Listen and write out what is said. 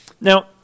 Now